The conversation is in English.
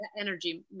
Energy